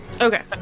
okay